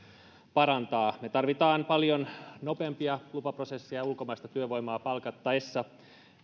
parantaa me tarvitsemme paljon nopeampia lupaprosesseja ulkomaista työvoimaa palkattaessa